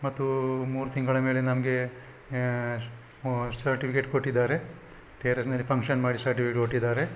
ಮತ್ತು ಮೂರು ತಿಂಗಳ ಮೇಲೆ ನಮಗೆ ಸರ್ಟಿಫಿಕೇಟ್ ಕೊಟ್ಟಿದ್ದಾರೆ ಟೆರೆಸ್ನಲ್ಲಿ ಫಂಕ್ಷನ್ ಮಾಡಿ ಸರ್ಟಿಫಿಕೇಟ್ ಕೊಟ್ಟಿದ್ದಾರೆ